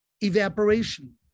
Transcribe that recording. evaporation